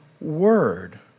word